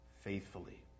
faithfully